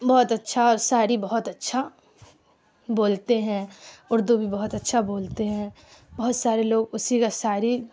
بہت اچھا شاعری بہت اچھا بولتے ہیں اردو بھی بہت اچھا بولتے ہیں بہت سارے لوگ اسی کا شاعری